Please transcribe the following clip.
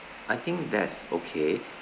I think that's okay